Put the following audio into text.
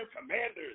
Commanders